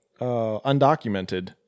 Undocumented